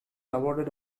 awarded